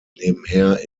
nebenher